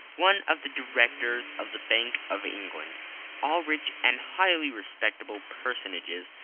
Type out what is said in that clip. one of the directors of the bank of england all rich and highly respectable personages,